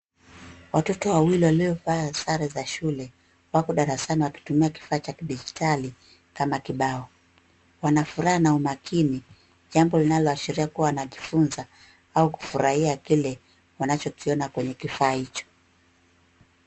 Watoto wawili waliovaa sare za shule wako darasani wakitumia kifaa cha kidijitali kama kibao, wana furaha na umakini jambo linaloashiria wanajifunza au kufurahia kile wanachokiona kwenye kifaa hicho.